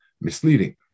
misleading